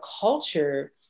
culture